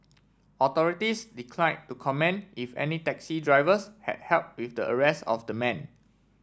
authorities declined to comment if any taxi drivers had help with the arrest of the man